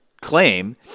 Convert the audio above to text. claim